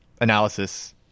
analysis